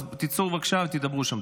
אז תצאו בבקשה ותדברו שם.